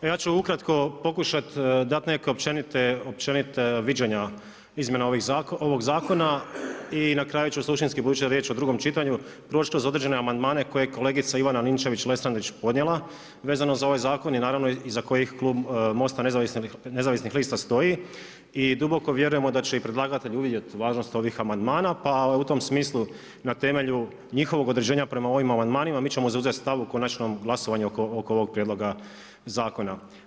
Ja ću ukratko pokušati dati neka općenita viđenja izmjena ovog zakona i na kraju ću suštinski budući da je riječ o drugom čitanju proći kroz određene amandmane koje je kolegica Ivana Ninčević-Lesandrić podnijela vezano za ovaj zakon naravno iza kojih klub MOST-a nezavisnih lista stoji i duboko vjerujemo da će i predlagatelj uvidjeti važnost ovih amandmana, pa u tom smislu na temelju njihovog određenja prema ovim amandmanima mi ćemo zauzeti stav o konačnom glasovanju oko ovog prijedloga zakona.